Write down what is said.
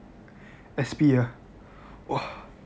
S_P ah !wah!